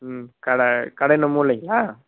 ம் கடை கடை இன்னும் மூடலைங்களா